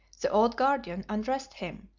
the old guardian undressed him,